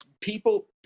people –